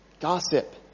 Gossip